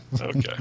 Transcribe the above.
Okay